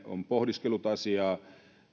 on pohdiskellut asiaa